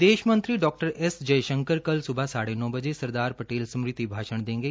विदेश मंत्री डॉ एस जयशंकर कल सुबह साढ़े नौ बजे सरदार पटेल स्मृति भाषण देंगे